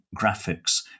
graphics